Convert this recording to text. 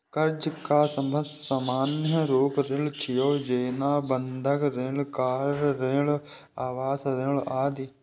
कर्ज के सबसं सामान्य रूप ऋण छियै, जेना बंधक ऋण, कार ऋण, आवास ऋण आदि